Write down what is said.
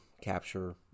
capture